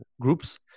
groups